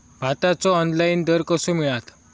भाताचो ऑनलाइन दर कसो मिळात?